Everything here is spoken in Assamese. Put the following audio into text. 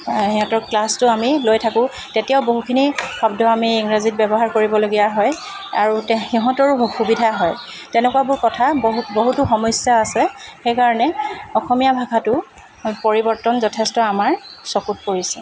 সিহঁতৰ ক্লাছটো আমি লৈ থাকোঁ তেতিয়াও বহুখিনি শব্দ আমি ইংৰাজীত ব্যৱহাৰ কৰিবলগীয়া হয় আৰু তেহ সিহঁতৰো সু সুবিধা হয় তেনেকুৱাবোৰ কথা বহু বহুতো সমস্যা আছে সেইকাৰণে অসমীয়া ভাষাটো পৰিৱৰ্তন যথেষ্ট আমাৰ চকুত পৰিছে